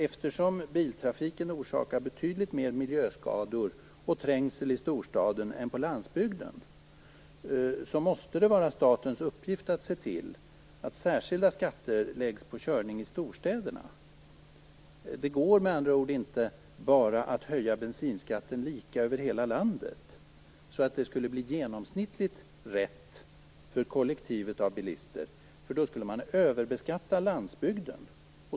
Eftersom biltrafiken orsakar betydligt mer miljöskador och trängsel i storstaden än på landsbygden, måste det vara statens uppgift att se till att särskilda skatter läggs på körning i storstäderna. Det går med andra ord inte bara att höja bensinskatten lika över hela landet, så att det genomsnittligt skulle bli rätt för kollektivet att bilister, för då skulle man överbeskatta landsbygden.